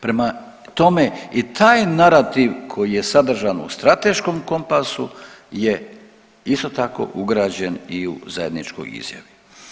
Prema tome i taj narativ koji je sadržan u strateškom kompasu je išao tako ugrađen i u zajedničkoj izjavi.